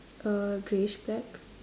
uh greyish black